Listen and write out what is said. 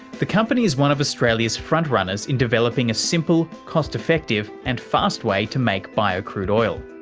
the company is one of australia's front-runners in developing a simple, cost effective and fast way to make bio-crude oil.